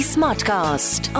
Smartcast